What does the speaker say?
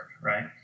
right